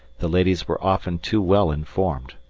the ladies were often too well informed.